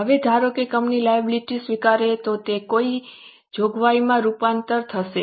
હવે ધારો કે કંપની લાયબિલિટી સ્વીકારે તો તે કઈ જોગવાઈમાં રૂપાંતરિત થશે